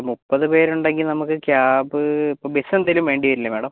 മുപ്പത് പേരുണ്ടെങ്കിൽ നമുക്ക് ക്യാബ് ഇപ്പോൾ ബസ് എന്തെങ്കിലും വേണ്ടിവരില്ലേ മാഡം